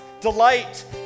Delight